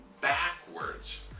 backwards